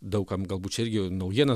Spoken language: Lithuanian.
daug kam galbūt čia irgi naujiena